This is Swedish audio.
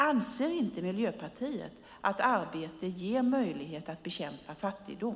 Anser inte Miljöpartiet att arbete ger möjlighet att bekämpa fattigdom?